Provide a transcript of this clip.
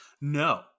No